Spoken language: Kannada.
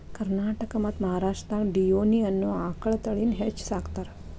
ಕರ್ನಾಟಕ ಮತ್ತ್ ಮಹಾರಾಷ್ಟ್ರದಾಗ ಡಿಯೋನಿ ಅನ್ನೋ ಆಕಳ ತಳಿನ ಹೆಚ್ಚ್ ಸಾಕತಾರ